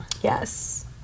yes